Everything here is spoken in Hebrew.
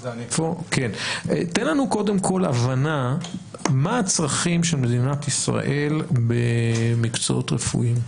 תן לנו קודם כל הבנה מה הצרכים של מדינת ישראל במקצועות רפואיים.